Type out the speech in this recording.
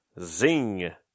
Zing